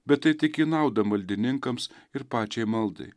bet tai tik į naudą maldininkams ir pačiai maldai